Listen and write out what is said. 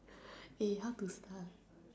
eh how to start